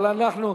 אבל אנחנו,